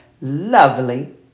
lovely